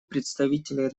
представителя